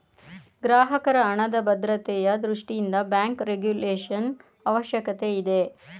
ಗ್ರಾಹಕರ ಹಣದ ಭದ್ರತೆಯ ದೃಷ್ಟಿಯಿಂದ ಬ್ಯಾಂಕ್ ರೆಗುಲೇಶನ್ ಅವಶ್ಯಕತೆ ಇದೆ